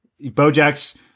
Bojack's